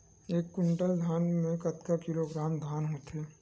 एक कुंटल धान में कतका किलोग्राम धान होथे?